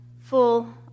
full